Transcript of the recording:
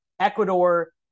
Ecuador